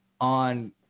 on